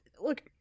look